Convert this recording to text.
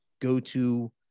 go-to